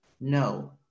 no